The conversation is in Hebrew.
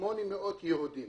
800 יהודים.